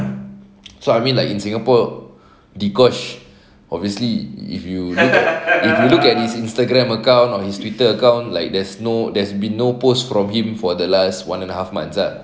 so I mean like in singapore dee kosh obviously if you if you look at his Instagram account on his Twitter account like there's no there's been no posts from him for the last one and a half months